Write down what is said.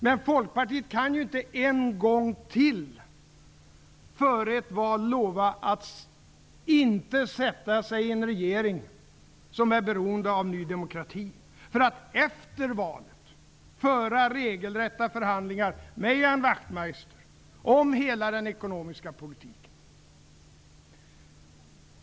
Men Folkpartiet kan ju inte en gång till före ett val lova att inte sätta sig i en regering som är beroende av Ny demokrati, för att efter valet föra regelrätta förhandlingar med Ian Wachtmeister om hela den ekonomiska politiken.